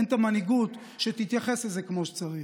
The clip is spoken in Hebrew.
אין את המנהיגות שתתייחס לזה כמו שצריך.